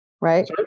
right